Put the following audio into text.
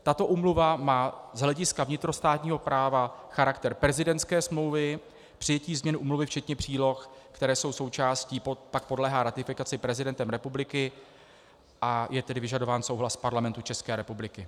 Tato úmluva má z hlediska vnitrostátního práva charakter prezidentské smlouvy, přijetí změny úmluvy včetně příloh, které jsou součástí, pak podléhá ratifikaci prezidentem republiky, a je tedy vyžadován souhlas Parlamentu České republiky.